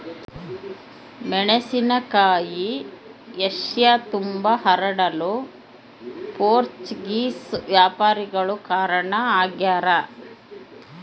ಮೆಣಸಿನಕಾಯಿ ಏಷ್ಯತುಂಬಾ ಹರಡಲು ಪೋರ್ಚುಗೀಸ್ ವ್ಯಾಪಾರಿಗಳು ಕಾರಣ ಆಗ್ಯಾರ